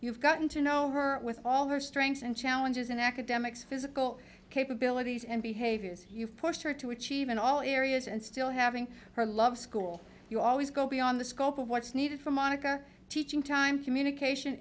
you've gotten to know her with all her strengths and challenges in academics physical capabilities and behaviors you pushed her to achieve in all areas and still having her love school you always go beyond the scope of what's needed for monica teaching time communication